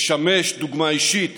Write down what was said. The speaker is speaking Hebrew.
לשמש דוגמה אישית